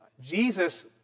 Jesus